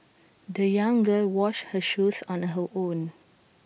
the young girl washed her shoes on her own